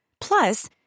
Plus